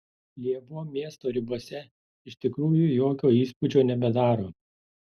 lėvuo miesto ribose iš tikrųjų jokio įspūdžio nebedaro